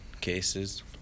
cases